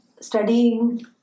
Studying